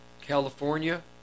California